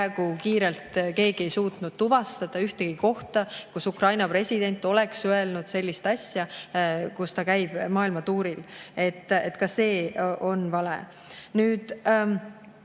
praegu kiirelt keegi ei suutnud tuvastada ühtegi kohta, kus Ukraina president oleks öelnud sellist asja, kui ta käib maailmatuuril. Ka see on vale. Siis